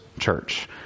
church